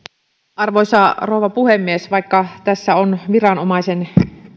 arvoisa rouva puhemies vaikka tässä on viranomaisen